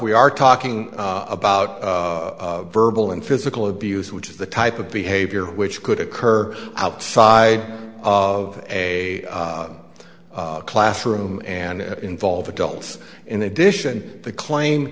we are talking about verbal and physical abuse which is the type of behavior which could occur outside of a classroom and involve adults in addition the claim